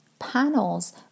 Panels